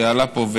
שעלה לפה,